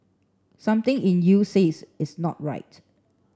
something in you says it's not right